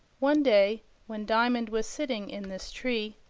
one day when diamond was sitting in this tree,